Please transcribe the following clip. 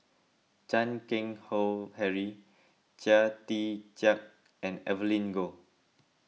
Chan Keng Howe Harry Chia Tee Chiak and Evelyn Goh